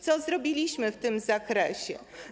Co zrobiliśmy w tym zakresie?